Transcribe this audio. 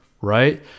right